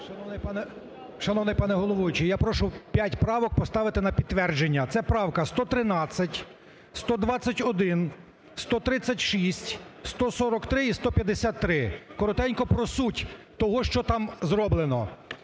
Шановний пане головуючий, я прошу 5 правок поставити на підтвердження, це правки 113, 121, 136, 143 і 153. Коротенько про суть того, що там зроблено.